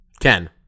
Ken